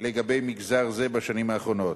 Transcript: לגבי מגזר זה בשנים האחרונות.